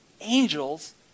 angels